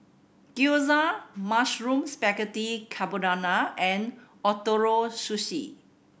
Gyoza Mushroom Spaghetti Carbonara and Ootoro Sushi